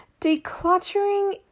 Decluttering